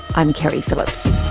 i'm keri phillips